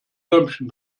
däumchen